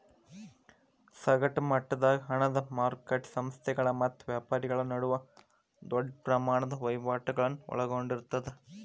ಸಗಟ ಮಟ್ಟದಾಗ ಹಣದ ಮಾರಕಟ್ಟಿ ಸಂಸ್ಥೆಗಳ ಮತ್ತ ವ್ಯಾಪಾರಿಗಳ ನಡುವ ದೊಡ್ಡ ಪ್ರಮಾಣದ ವಹಿವಾಟುಗಳನ್ನ ಒಳಗೊಂಡಿರ್ತದ